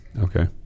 Okay